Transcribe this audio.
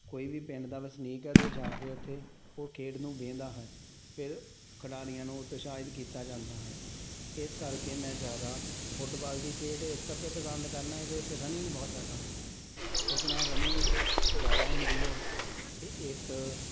ਕੋਈ ਵੀ ਪਿੰਡ ਦਾ ਵਸਨੀਕ ਹੈ ਅਤੇ ਉਹ ਜਾ ਕੇ ਉੱਥੇ ਉਹ ਖੇਡ ਨੂੰ ਵੇਖਦਾ ਹੈ ਫਿਰ ਖਿਡਾਰੀਆਂ ਨੂੰ ਉਤਸ਼ਾਹਿਤ ਕੀਤਾ ਜਾਂਦਾ ਹੈ ਇਸ ਕਰਕੇ ਮੈਂ ਜ਼ਿਆਦਾ ਫੁੱਟਬਾਲ ਦੀ ਖੇਡ ਇਸ ਕਰਕੇ ਪਸੰਦ ਕਰਨਾ ਇਹਦੇ ਵਿੱਚ ਰਨਿੰਗ ਬਹੁਤ ਜ਼ਿਆਦਾ ਹੁੰਦੀ ਹੈ ਇਸ ਨਾਲ ਰਨਿੰਗ ਜ਼ਿਆਦਾ ਹੁੰਦੀ ਹੈ ਅਤੇ ਇੱਕ